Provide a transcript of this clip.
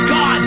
God